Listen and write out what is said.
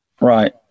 Right